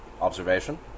observation